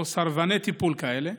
או סרבני טיפול כאלה,